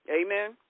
Amen